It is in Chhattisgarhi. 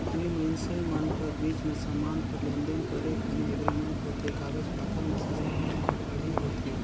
दुई मइनसे मन कर बीच में समान कर लेन देन करे घनी एग्रीमेंट होथे कागज पाथर में सरलग लिखा पढ़ी होथे